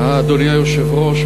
אדוני היושב-ראש,